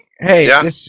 Hey